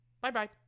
Bye-bye